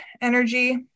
energy